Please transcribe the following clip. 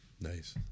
nice